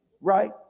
Right